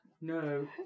No